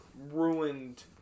ruined